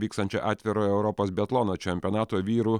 vyksančio atvirojo europos biatlono čempionato vyrų